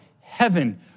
heaven